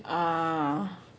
ah